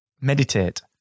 meditate